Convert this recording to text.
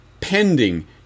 pending